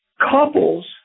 couples